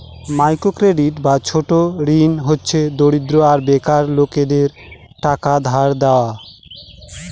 micro credit বা ছোট ঋণ হচ্ছে দরিদ্র আর বেকার লোকেদের টাকা ধার দেওয়া